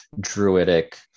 Druidic